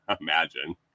imagine